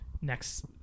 next